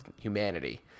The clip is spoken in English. humanity